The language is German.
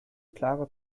klare